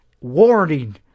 warning